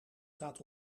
staat